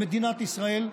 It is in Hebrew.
במדינת ישראל,